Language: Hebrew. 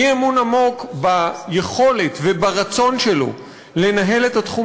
אי-אמון עמוק ביכולת וברצון שלו לנהל את התחום